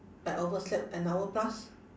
but overslept an hour plus